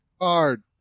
Card